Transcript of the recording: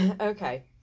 Okay